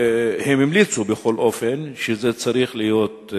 הם המליצו בכל אופן שזה צריך להיות,